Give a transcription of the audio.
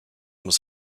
was